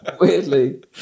Weirdly